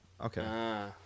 Okay